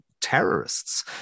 terrorists